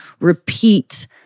repeat